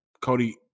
cody